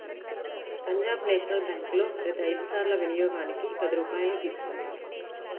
Punjab national బ్యేంకులో ప్రతి ఐదు సార్ల వినియోగానికి పది రూపాయల్ని తీసుకుంటారు